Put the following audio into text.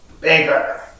Bigger